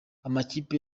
amakipe